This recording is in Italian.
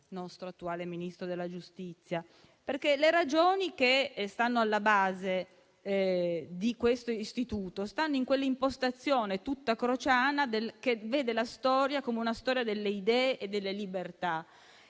dal nostro attuale Ministro della giustizia. Le ragioni che sono infatti alla base di questo istituto stanno in quell'impostazione tutta crociana che vede la storia come una storia delle idee e delle libertà.